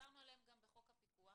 דיברנו עליהן גם בחוק הפיקוח.